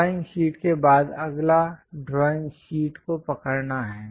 drawing sheet के बाद अगला ड्राइंग शीट को पकड़ना है